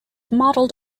modeled